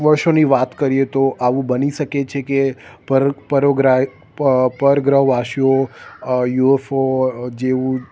વર્ષોની વાત કરીએ તો આવું બની શકે છે કે પરગ્રહવાસીઓ યૂએફઓ જેવું